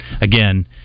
again